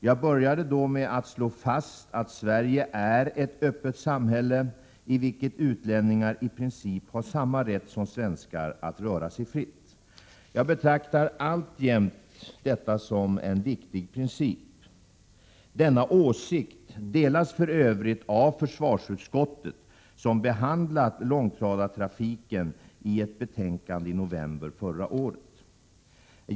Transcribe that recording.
Jag började då med att slå fast att Sverige är ett öppet samhälle, i vilket utlänningar i princip har samma rätt som svenskar att röra sig fritt. Jag betraktar alltjämt detta som en viktig princip. Denna åsikt delas för övrigt av försvarsutskottet, som behandlat långtradartrafiken i ett betänkande i november förra året.